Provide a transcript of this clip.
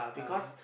ah